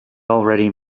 already